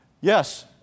Yes